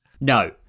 no